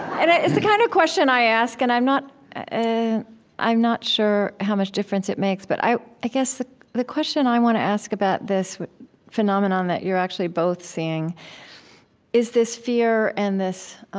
and it's the kind of question i ask, and i'm not ah i'm not sure how much difference it makes, but i i guess the the question i want to ask about this phenomenon that you're actually both seeing is this fear and this,